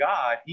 God